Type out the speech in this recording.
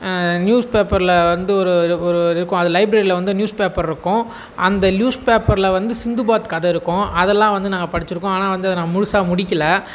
news பேப்பரில் வந்து ஒரு இருக்கும் அது லைப்ரரியில் வந்து நியூஸ் பேப்பர் இருக்கும் அந்த நியூஸ் பேப்பரில் வந்து சிந்துபாத் கதை இருக்கும் அதெல்லாம் வந்து நாங்கள் படிச்சுருக்கோம் ஆனால் வந்து அத நான் முழுதா முடிக்கல